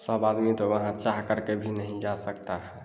सब आदमी तो वहाँ चाह कर के भी नहीं जा सकता है